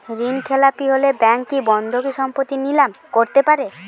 ঋণখেলাপি হলে ব্যাঙ্ক কি বন্ধকি সম্পত্তি নিলাম করতে পারে?